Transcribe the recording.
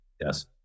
Yes